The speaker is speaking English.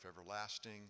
everlasting